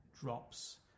drops